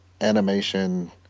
animation